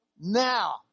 Now